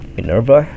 Minerva